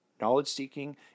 knowledge-seeking